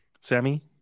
Sammy